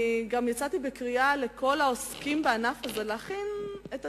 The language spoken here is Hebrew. גם יצאתי בקריאה לכל העוסקים בענף הזה להכין את עצמם.